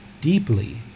deeply